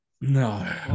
no